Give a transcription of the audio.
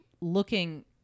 looking